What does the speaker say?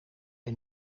hij